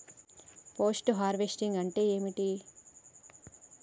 Post harvesting అంటే ఏంటిది?